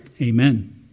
amen